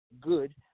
good